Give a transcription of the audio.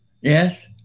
Yes